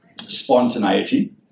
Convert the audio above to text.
spontaneity